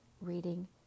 reading